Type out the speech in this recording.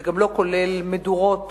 גם לא כולל מדורות